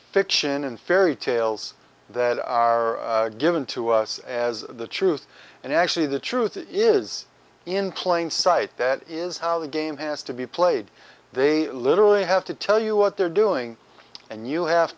fiction and fairy tales that are given to us as the truth and actually the truth is in plain sight that is how the game has to be played they literally have to tell you what they're doing and you have